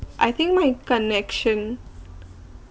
I think my connection